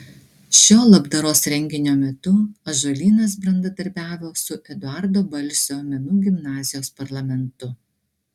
šio labdaros renginio metu ąžuolynas bendradarbiavo su eduardo balsio menų gimnazijos parlamentu